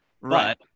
Right